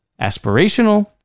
aspirational